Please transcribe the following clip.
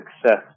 success